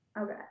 Okay